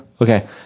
Okay